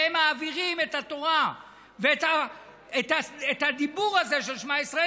שהם מעבירים את התורה ואת הדיבור הזה של שמע ישראל,